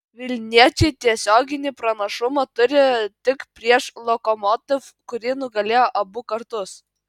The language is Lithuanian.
vilniečiai tiesioginį pranašumą turi tik prieš lokomotiv kurį nugalėjo abu kartus